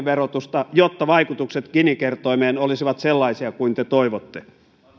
verotusta jotta vaikutukset gini kertoimeen olisivat sellaisia kuin te toivotte